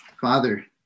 Father